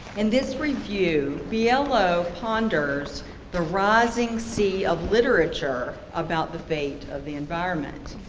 in this review, biello ponders the rising sea of literature about the fate of the environment.